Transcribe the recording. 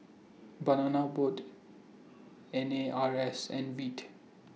Banana Boat N A R S and Veet